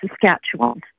Saskatchewan